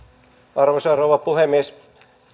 arvoisa rouva puhemies